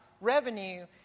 revenue